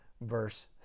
verse